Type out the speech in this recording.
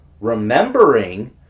remembering